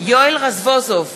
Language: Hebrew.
יואל רזבוזוב,